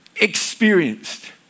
experienced